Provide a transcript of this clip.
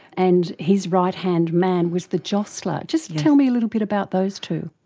and his right-hand man was the jostler. just tell me a little bit about those two.